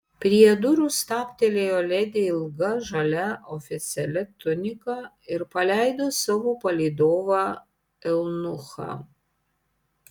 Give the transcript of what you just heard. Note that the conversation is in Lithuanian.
prie durų stabtelėjo ledi ilga žalia oficialia tunika ir paleido savo palydovą eunuchą